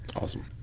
Awesome